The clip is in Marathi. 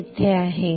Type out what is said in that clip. हेच इथे आहे